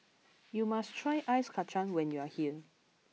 you must try Ice Kachang when you are here